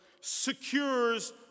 secures